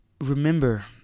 remember